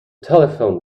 telephone